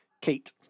Kate